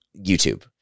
YouTube